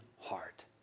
heart